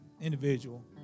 individual